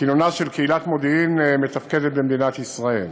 כינונה של קהילת מודיעין מתפקדת במדינת ישראל.